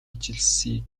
ижилслийг